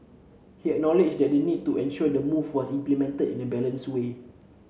he acknowledged that the need to ensure the move was implemented in a balanced way